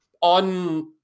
on